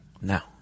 Now